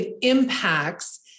impacts